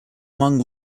among